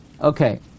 Okay